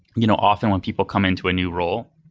you know often, when people come into a new role,